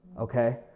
okay